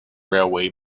railway